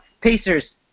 Pacers